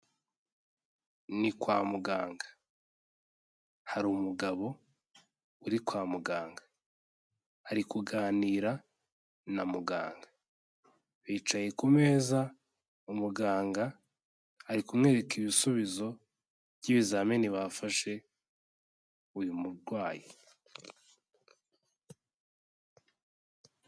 Ni kwa muganga hari umugabo uri kwa muganga, ari kuganira na muganga, bicaye ku meza umuganga ari kumwereka ibisubizo by'ibizamini bafashe uyu murwayi.